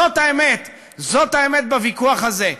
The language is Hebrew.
זאת האמת בוויכוח הזה.